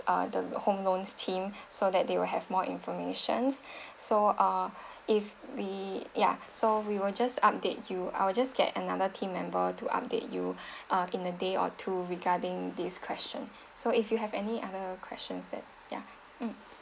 uh the home loans team so that they will have more informations so uh if we ya so we will just update you I will just get another team member to update you uh in a day or two regarding this question so if you have any other questions that ya mm